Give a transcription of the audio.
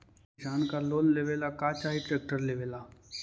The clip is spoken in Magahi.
किसान के लोन लेबे ला का चाही ट्रैक्टर लेबे ला?